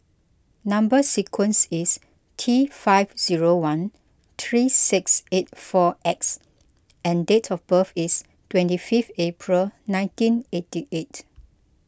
Number Sequence is T five zero one three six eight four X and date of birth is twenty fifth April nineteen eighty eight